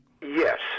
Yes